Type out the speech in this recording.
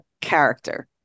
character